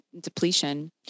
depletion